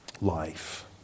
life